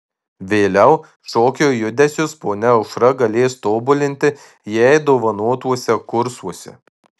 vėliau šokio judesius ponia aušra galės tobulinti jai dovanotuose kursuose